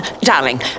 darling